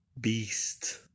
beast